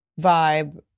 vibe